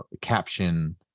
caption